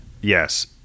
Yes